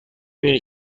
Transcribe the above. بینی